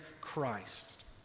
Christ